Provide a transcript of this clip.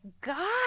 God